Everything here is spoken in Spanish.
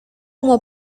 como